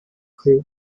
group